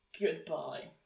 Goodbye